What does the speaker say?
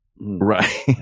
Right